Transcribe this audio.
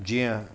जीअं